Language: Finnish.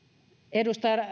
edustaja